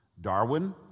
Darwin